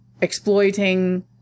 exploiting